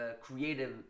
creative